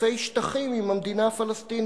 לחילופי שטחים עם המדינה הפלסטינית.